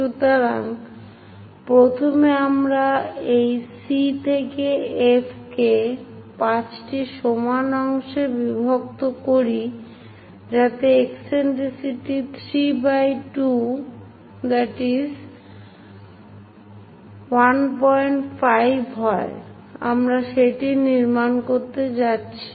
সুতরাং প্রথমে আমরা এই C থেকে F কে 5 টি সমান অংশে বিভক্ত করি যাতে ইসেন্ট্রিসিটি 3 2 সমান 15 হয় আমরা সেটি নির্মাণ করতে যাচ্ছি